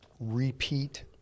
repeat